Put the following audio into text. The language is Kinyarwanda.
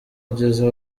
ageze